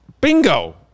Bingo